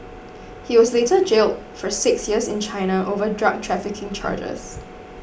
he was later jailed for six years in China over drug trafficking charges